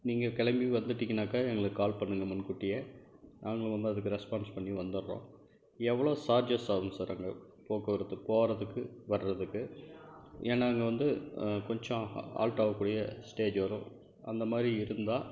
நீங்கள் கிளம்பி வந்துவிட்டிங்கனாக்கா எங்களுக்கு கால் பண்ணுங்க முன்கூட்டியே நாங்களும் வந்து அதுக்கு ரெஸ்பான்ஸ் பண்ணி வந்துடுறோம் எவ்வளோ சார்ஜஸ் ஆகும் சார் அங்கே போக்குவரத்து போவதுக்கு வரதுக்கு ஏன்னால் அங்கே வந்து கொஞ்சம் ஆல்ட்டாக கூடிய ஸ்டேஜ் வரும் அந்த மாதிரி இருந்தால்